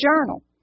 journal